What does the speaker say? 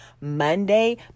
Monday